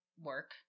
work